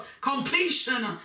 completion